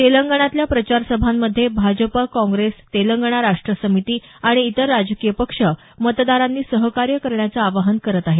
तेलंगणातल्या प्रचार सभांमध्ये भाजपा काँग्रेस तेलंगणा राष्ट्र समिती आणि इतर राजकीय पक्ष मतदारांनी सहकार्य करण्याचं आवाहन करत आहेत